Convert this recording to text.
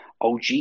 OG